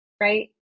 right